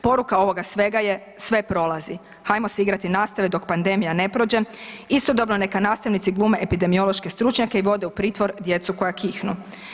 Poruka ovoga svega je sve prolazi, hajmo se igrati nastave dok pandemija ne prođe, istodobno neka nastavnici glume epidemiološke stručnjake i vode u pritvor djecu koja kihnu.